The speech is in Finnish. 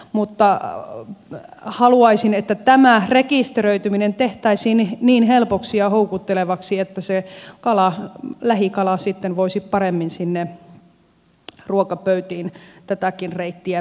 mutta haluaisin että tämä rekisteröityminen tehtäisiin niin helpoksi ja houkuttelevaksi että se lähikala sitten voisi paremmin ruokapöytiin tätäkin reittiä pitkin mennä